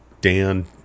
Dan